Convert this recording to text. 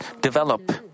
develop